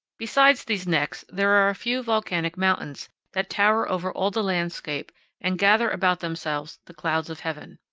besides these necks, there are a few volcanic mountains that tower over all the landscape and gather about themselves the clouds of heaven.